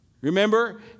Remember